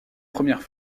premières